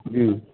جی